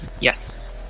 Yes